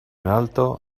alto